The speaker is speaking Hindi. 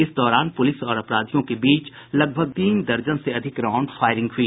इस दौरान पुलिस और अपराधियों के बीच लगभग तीन दर्जन से अधिक राउंड फायरिंग हुई